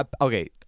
Okay